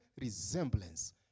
resemblance